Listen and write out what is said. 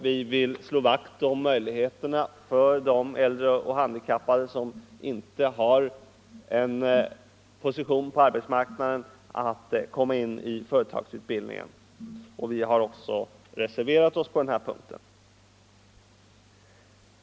Vi vill slå vakt om möjligheterna för de anställda och handikappade som inte har en position på arbetsmarknaden att komma in i företagsutbildningen. Vi har också reserverat oss på denna punkt.